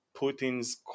Putin's